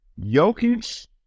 Jokic